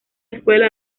escuela